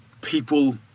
people